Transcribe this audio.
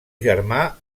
germà